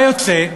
מה יוצא?